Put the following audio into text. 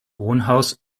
wohnhaus